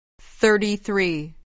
Thirty-three